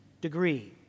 degree